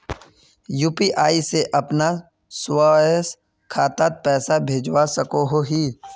UPI से अपना स्वयं खातात पैसा भेजवा सकोहो ही?